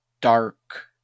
dark